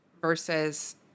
versus